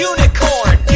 Unicorn